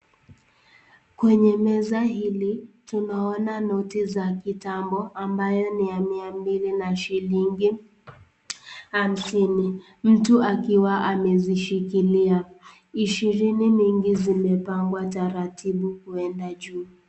Kwenye meza hili tunaona noti za kitambo ambayo ni ya mia mbili na shilingi hamsini. Mtu akiwa amezishikilia ishirini mingi ambayo imepangwa taratibu kuenda juu.